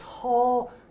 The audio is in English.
tall